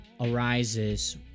arises